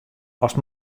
ast